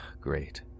great